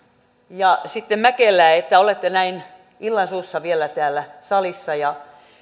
ja mäkelää että olette näin illansuussa vielä täällä salissa ja